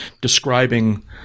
describing